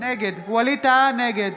נגד בועז טופורובסקי,